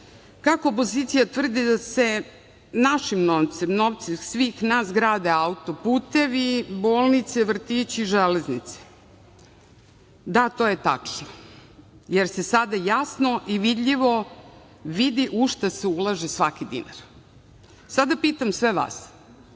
kako opozicija tvrdi da se našim novcem, novcem svih nas grade auto-putevi, bolnice, vrtići, železnice. Da, to je tačno, jer se sada jasno i vidljivo vidi u šta se ulaže svaki dinar. Sada pitam sve vas